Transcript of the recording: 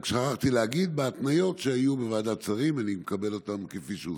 רק שכחתי להגיד שאני מקבל את ההתניות שהיו בוועדת השרים כפי שהוסכם.